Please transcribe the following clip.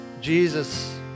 Jesus